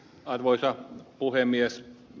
arvoisa puhemies